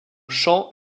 champs